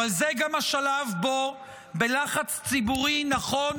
אבל זה גם השלב בו בלחץ ציבורי נכון,